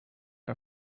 are